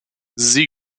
sie